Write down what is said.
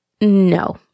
No